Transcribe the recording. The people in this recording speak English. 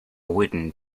wooden